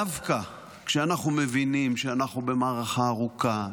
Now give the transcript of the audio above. דווקא כשאנחנו מבינים שאנחנו במערכה ארוכה,